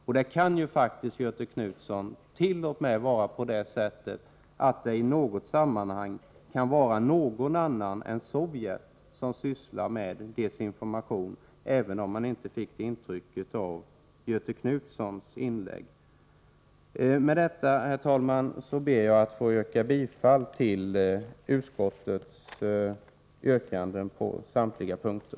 Och det kan ju faktiskt, Göthe Knutson, t.o.m. i något sammanhang vara någon annan än Sovjet som sysslar med desinformation — även om man inte fick det intrycket av Göthe Knutsons inlägg. Med detta, herr talman, ber jag att få yrka bifall till utskottets hemställan på samtliga punkter.